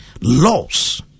Laws